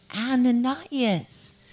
Ananias